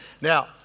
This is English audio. now